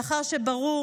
מאחר שברור